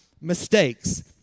mistakes